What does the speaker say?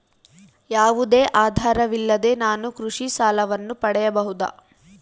ಯಾವುದೇ ಆಧಾರವಿಲ್ಲದೆ ನಾನು ಕೃಷಿ ಸಾಲವನ್ನು ಪಡೆಯಬಹುದಾ?